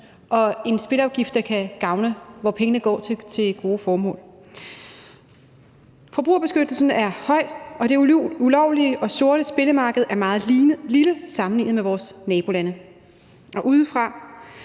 og en spilleafgift, der kan gavne, og hvor pengene går til gode formål. Forbrugerbeskyttelsen er høj, og det ulovlige og sorte spillemarked er meget lille sammenlignet med vores nabolande, og udefra